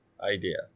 idea